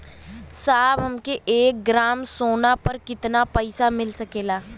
साहब हमके एक ग्रामसोना पर कितना पइसा मिल सकेला?